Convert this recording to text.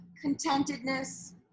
Contentedness